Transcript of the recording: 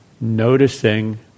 noticing